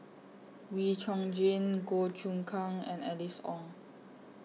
Wee Chong Jin Goh Choon Kang and Alice Ong